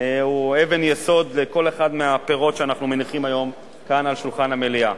הוא אבן יסוד לכל אחד מהפירות שאנחנו מניחים היום כאן על שולחן המליאה.